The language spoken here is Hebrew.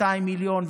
200 מיליון.